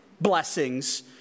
blessings